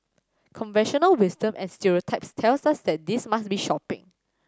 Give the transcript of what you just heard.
conventional wisdom and stereotypes tell us that this must be shopping